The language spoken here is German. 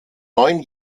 neun